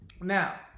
Now